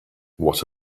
what